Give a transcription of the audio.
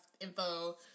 info